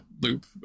loop